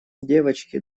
девочки